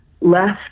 left